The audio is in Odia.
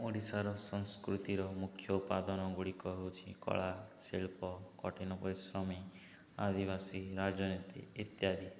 ଓଡ଼ିଶାର ସଂସ୍କୃତିର ମୁଖ୍ୟତ୍ପାଦନଗୁଡ଼ିକ ହେଉଛି କଳା ଶିଳ୍ପ କଠିନ ପରିଶ୍ରମୀ ଆଦିବାସୀ ରାଜନୀତି ଇତ୍ୟାଦି